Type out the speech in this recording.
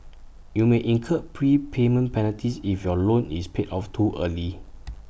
you may incur prepayment penalties if your loan is paid off too early